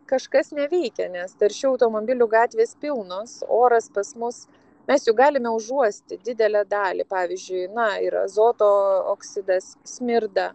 kažkas neveikia nes taršių automobilių gatvės pilnos oras pas mus mes jau galime užuosti didelę dalį pavyzdžiui na ir azoto oksidas smirda